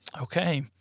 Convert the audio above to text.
Okay